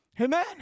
Amen